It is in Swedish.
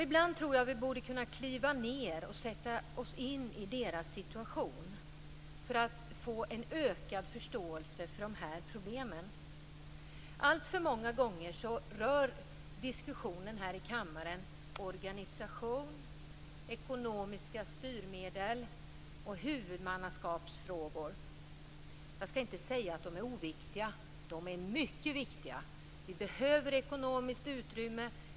Ibland tror jag att vi borde kunna kliva ned och sätta oss in i deras situation för att få en ökad förståelse för problemen. Alltför många gånger rör diskussionerna här i kammaren organisation, ekonomiska styrmedel och huvudmannaskapsfrågor. Jag skall inte säga att de är oviktiga. De är mycket viktiga. Vi behöver ekonomiskt utrymme.